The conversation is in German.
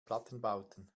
plattenbauten